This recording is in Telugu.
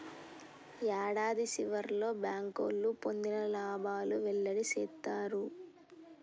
యాడాది సివర్లో బ్యాంకోళ్లు పొందిన లాబాలు వెల్లడి సేత్తారు